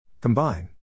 Combine